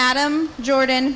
adam jordan